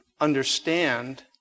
understand